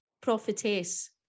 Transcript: prophetess